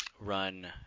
run